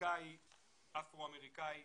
שנרצח אפרו אמריקאי